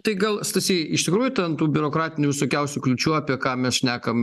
tai gal stasy iš tikrųjų ten tų biurokratinių visokiausių kliūčių apie ką mes šnekam